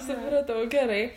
supratau gerai